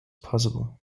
possible